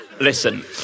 Listen